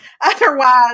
otherwise